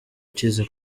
ukize